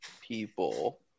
people